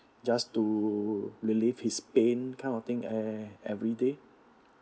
just to relieve his pain kind of thing ev~ everyday